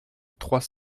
trois